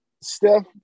steph